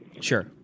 Sure